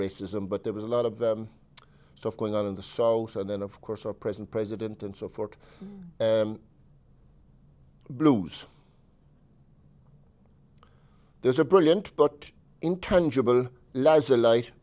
racism but there was a lot of the stuff going on in the south and then of course our present president and so forth and blues there's a brilliant but intangible lies a light